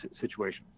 situation